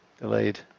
Delayed